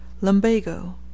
Lumbago